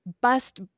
bust